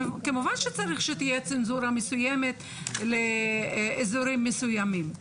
כמובן שצריך שתהיה צנזורה מסוימת לאיזורים מסוימים.